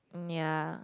ya